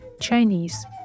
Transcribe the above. Chinese